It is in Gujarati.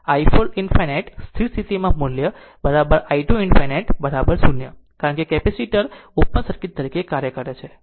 તેથી i 4 ∞ સ્થિર સ્થિતિમાં મૂલ્ય i 2 ∞ 0 કારણ કે કેપેસિટર ઓપન સર્કિટ તરીકે કાર્ય કરે છે